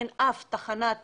אין תחנת